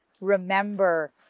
remember